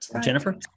Jennifer